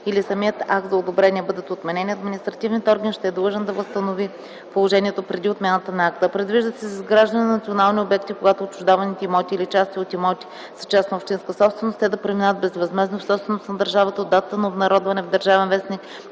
или самият акт за одобряване бъдат отменени, административният орган ще е длъжен да възстанови положението преди отмяната на акта. Предвижда се за изграждане на национални обекти, когато отчуждаваните имоти или части от имоти са частна общинска собственост, те да преминават безвъзмездно в собственост на държавата от датата на обнародване в „Държавен вестник”